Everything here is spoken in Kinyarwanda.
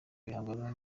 bihangano